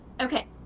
Okay